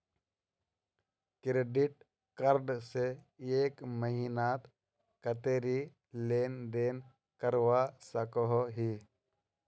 Credit card से एक महीनात कतेरी लेन देन करवा सकोहो ही?